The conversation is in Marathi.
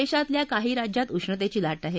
देशातल्या काही राज्यात उष्णतेची लाट आहे